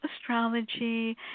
astrology